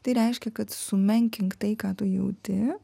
tai reiškia kad sumenkink tai ką tu jauti